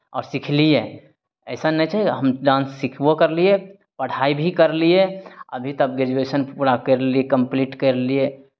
आओर सिखलियै अइसन नहि छै हम डान्स सिखबो करलियै पढ़ाइ भी करलियै अभी तऽ ग्रैजुएशन पूरा करि लेलियै कम्प्लीट करि लेलियै